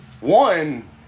One